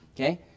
Okay